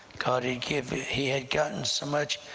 god had given he had gotten so much,